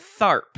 Tharp